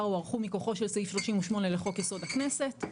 הוארכו מכוחו של סעיף 38 לחוק יסוד הכנסת.